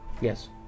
Yes